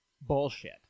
bullshit